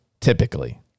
typically